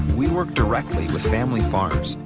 we work directly with family farms.